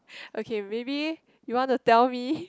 okay maybe you want to tell me